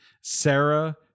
Sarah